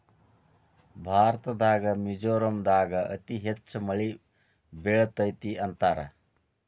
ಭಾರತದಾಗ ಮಿಜೋರಾಂ ದಾಗ ಅತಿ ಹೆಚ್ಚ ಮಳಿ ಬೇಳತತಿ ಅಂತಾರ